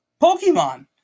Pokemon